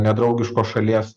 nedraugiškos šalies